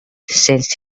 sensed